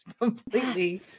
completely